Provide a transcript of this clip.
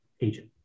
agent